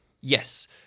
Yes